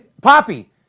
Poppy